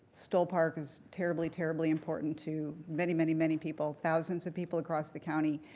stoll park is terribly, terribly important to many, many, many people, thousands of people across the county,